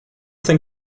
thing